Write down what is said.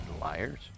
liars